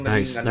Nice